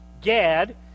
Gad